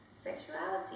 sexuality